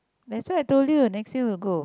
that's why I told you next year will go